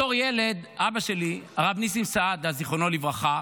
בתור ילד, אבא שלי, הרב ניסים סעדה זיכרונו לברכה,